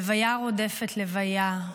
לוויה רודפת לוויה,